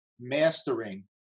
mastering